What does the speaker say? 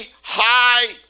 high